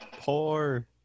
poor